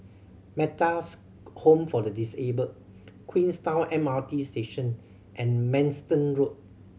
Metta's Home for the Disabled Queenstown M R T Station and Manston Road